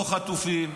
לא חטופים,